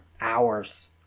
hours